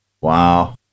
Wow